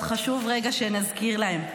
אז חשוב רגע שנזכיר להם.